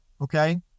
okay